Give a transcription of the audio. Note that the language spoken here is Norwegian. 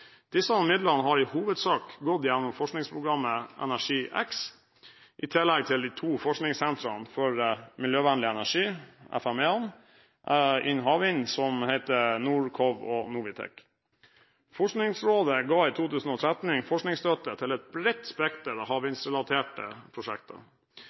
Disse midlene har i hovedsak gått gjennom forskningsprogrammet ENERGIX i tillegg til de to forskningssentrene for miljøvennlig energi – FME-ene – innen havvind som heter Norcowe og Nowitech. Forskningsrådet ga i 2013 forskningsstøtte til et bredt spekter